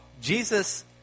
Jesus